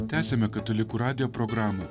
tęsiame katalikų radijo programą